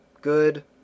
good